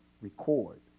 record